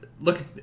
Look